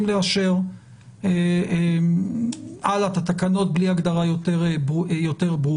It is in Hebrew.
לאשר הלאה את התקנות בלי הגדרה יותר ברורה.